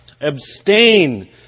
abstain